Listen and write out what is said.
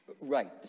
Right